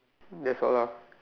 that's all lah